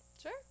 Sure